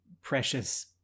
precious